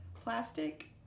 plastic